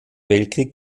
weltkrieg